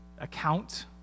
account